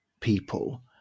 people